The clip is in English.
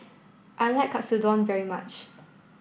I like Katsudon very much